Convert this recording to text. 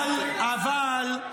לפי הלוגיקה שלכם.